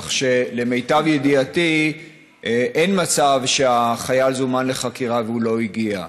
כך שלמיטב ידיעתי אין מצב שהחייל זומן לחקירה והוא לא הגיע.